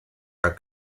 are